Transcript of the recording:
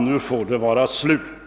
Nu får det vara slut.